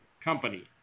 Company